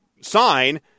sign